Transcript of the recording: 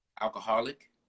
alcoholic